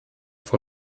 vor